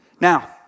Now